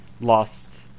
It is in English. lost